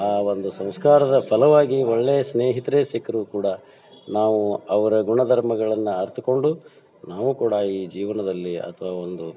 ಆ ಒಂದು ಸಂಸ್ಕಾರದ ಫಲವಾಗಿ ಒಳ್ಳೆಯ ಸ್ನೇಹಿತರೇ ಸಿಕ್ಕರು ಕೂಡ ನಾವು ಅವರ ಗುಣ ಧರ್ಮಗಳನ್ನು ಅರ್ತುಕೊಂಡು ನಾವೂ ಕೂಡ ಈ ಜೀವನದಲ್ಲಿ ಅಥವಾ ಒಂದು